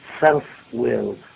Self-will